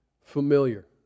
familiar